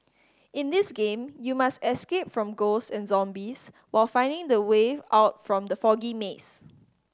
in this game you must escape from ghost and zombies while finding the way out from the foggy maze